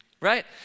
Right